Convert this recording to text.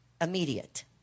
immediate